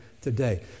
today